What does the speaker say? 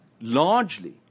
largely